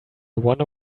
wonder